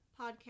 podcast